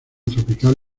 tropical